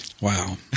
Wow